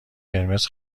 قرمز